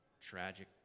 tragic